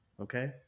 Okay